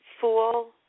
fool